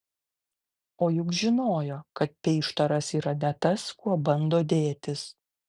o juk žinojo kad peištaras yra ne tas kuo bando dėtis